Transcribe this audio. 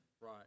Right